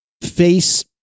face